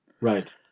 Right